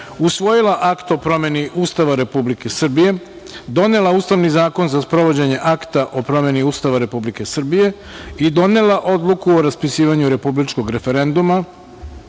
usvojila Akt o promeni Ustava Republike Srbije, donela Ustavni zakon za sprovođenje Akta o promeni Ustava Republike Srbije i donela Odluku o raspisivanju republičkog referenduma